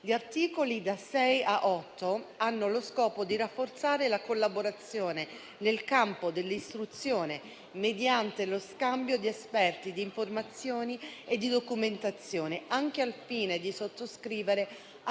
Gli articoli da 6 a 8 hanno lo scopo di rafforzare la collaborazione nel campo dell'istruzione, mediante lo scambio di esperti, di informazioni e di documentazione, anche al fine di sottoscrivere accordi